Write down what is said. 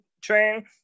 train